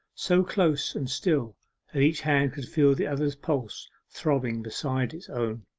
so close and still that each hand could feel the other's pulse throbbing beside its own.